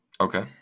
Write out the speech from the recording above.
Okay